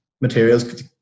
materials